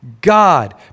God